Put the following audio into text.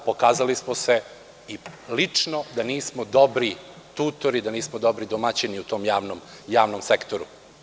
Pokazali smo se i lično da nismo dobri tutori, da nismo dobri domaćini u tom javnom sektoru.